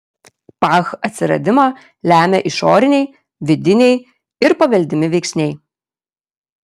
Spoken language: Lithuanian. pah atsiradimą lemia išoriniai vidiniai ir paveldimi veiksniai